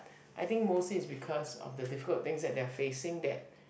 I think mostly is because of the difficult things that they are facing that